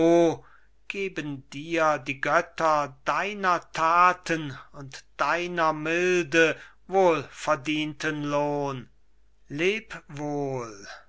geben dir die götter deiner thaten und deiner milde wohlverdienten lohn leb wohl